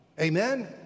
Amen